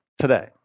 today